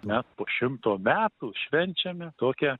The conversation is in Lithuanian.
mes po šimto metų švenčiame tokią